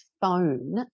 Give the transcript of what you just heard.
phone